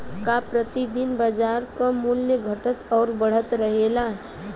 का प्रति दिन बाजार क मूल्य घटत और बढ़त रहेला?